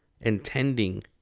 intending